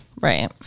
Right